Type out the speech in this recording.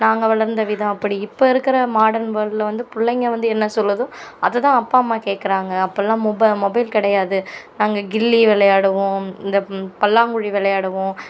நாங்கள் வளர்ந்த விதம் அப்பிடி இப்போ இருக்கிற மாடர்ன் வேர்ல்டில் வந்து பிள்ளைங்க வந்து என்ன சொல்லுதோ அதை தான் அப்பா அம்மா கேக்கிறாங்க அப்பல்லாம் மொப மொபைல் கிடையாது நாங்கள் கில்லி விளையாடுவோம் இந்த பல்லாங்குழி விளையாடுவோம்